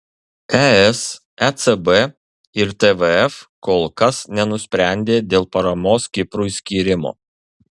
es ecb ir tvf kol kas nenusprendė dėl paramos kiprui skyrimo